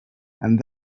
and